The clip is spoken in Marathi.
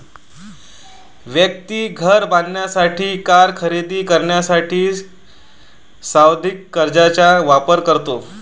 व्यक्ती घर बांधण्यासाठी, कार खरेदी करण्यासाठी सावधि कर्जचा वापर करते